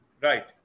Right